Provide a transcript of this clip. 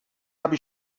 habe